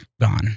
gone